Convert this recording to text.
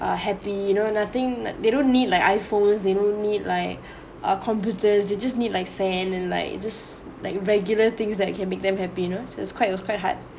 uh happy you know nothing they don't need like iPhones they don't need like ah computers they just need like and like just like regular things that can make them happy you know so it's quite it's quite hard